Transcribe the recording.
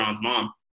mom